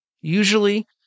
Usually